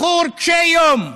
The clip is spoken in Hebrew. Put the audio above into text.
בחור קשה יום,